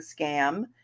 scam